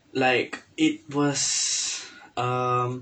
like it was um